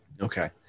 Okay